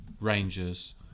Rangers